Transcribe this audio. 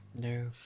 No